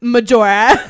Majora